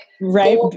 right